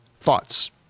thoughts